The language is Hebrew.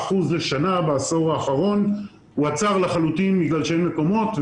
אחוזים בשנה והוא עצר לחלוטין כי אין מקומות.